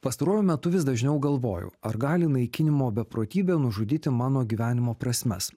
pastaruoju metu vis dažniau galvoju ar gali naikinimo beprotybė nužudyti mano gyvenimo prasmes